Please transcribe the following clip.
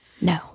no